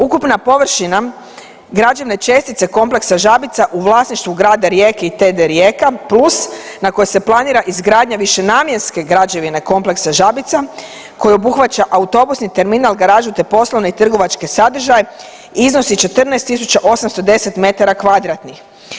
Ukupna površina građevne čestice Kompleksa Žabica u vlasništvu grada Rijeke i TD Rijeka plus na koje se planira izgradnja višenamjenske građevine Kompleksa Žabica koji obuhvaća autobusni terminal, garažu te poslovne i trgovački sadržaj iznosi 14 810 metara kvadratnih.